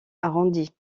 arrondie